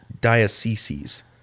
dioceses